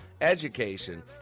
education